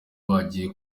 bagiye